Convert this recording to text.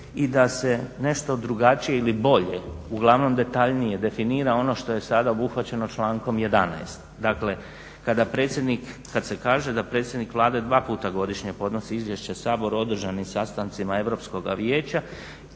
i da se nešto drugačije ili bolje, uglavnom detaljnije definira ono što je sad obuhvaćeno člankom 11. Dakle kad se kaže da predsjednik Vlade dva puta godišnje podnosi izvješće Saboru o održanim sastancima Europskog vijeća